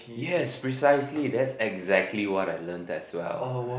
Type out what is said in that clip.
yes precisely that's exactly what I learn as well